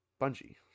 Bungie